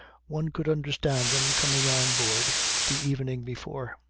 one could understand them coming on board the evening before.